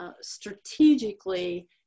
strategically